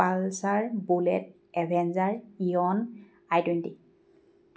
Pulsar Bullet Avenger Eon I twenty